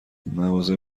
مغازه